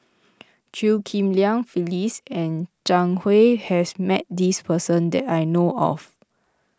Chew Ghim Lian Phyllis and Zhang Hui has met this person that I know of